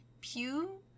Pew